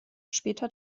später